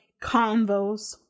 convos